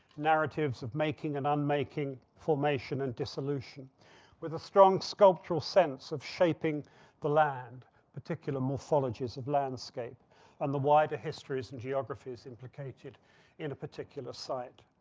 narratives of making and unmaking, formation and dissolution with a strong sculptural sense of shaping the land particular morphologies of landscape and the wider histories and geographies implicated in a particular site.